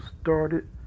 started